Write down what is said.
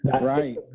right